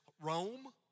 Rome